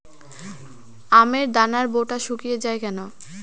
আমের দানার বোঁটা শুকিয়ে য়ায় কেন?